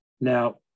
Now